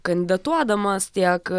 kandidatuodamas tiek